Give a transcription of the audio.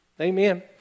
Amen